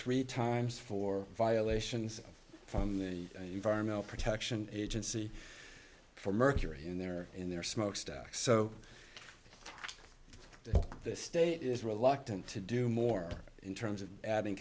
three times for violations from the environmental protection agency for mercury in their in their smokestack so the state is reluctant to do more in terms of adding